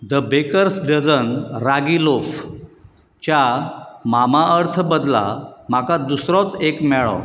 the bakers dozen ragi लोफच्या Mamaearth बदला म्हाका दुसरोच एक मेळ्ळो